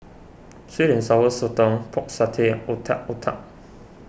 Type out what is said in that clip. Sweet and Sour Sotong Pork Satay Otak Otak